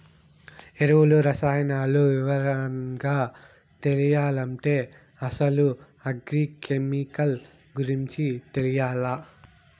ఎరువులు, రసాయనాలు వివరంగా తెలియాలంటే అసలు అగ్రి కెమికల్ గురించి తెలియాల్ల